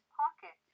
pocket